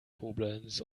koblenz